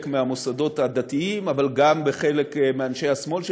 מהמוסדות הדתיים אבל גם בחלק מאנשי השמאל,